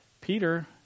Peter